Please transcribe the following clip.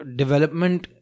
development